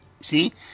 see